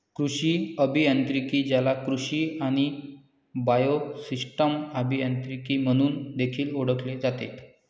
कृषी अभियांत्रिकी, ज्याला कृषी आणि बायोसिस्टम अभियांत्रिकी म्हणून देखील ओळखले जाते